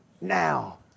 Now